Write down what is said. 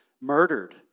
murdered